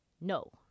no